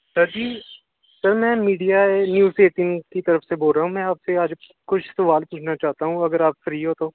sir ji sir ਮੈਂ media news ਕੀ ਤਰਫ ਸੇ ਬੋਲ ਰਹਾ ਹੂੰ ਮੈਂ ਆਪਸੇ ਆਜ ਕੁਛ ਸਵਾਲ ਪੁਛਨਾ ਚਾਹਤਾ ਹੂੰ ਅਗਰ ਆਪ ਫਰੀ ਹੋ ਤੋ